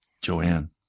Joanne